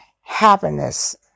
happiness